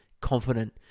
Confident